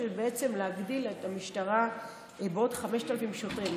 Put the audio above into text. שזה להגדיל את המשטרה בעוד 5,000 שוטרים.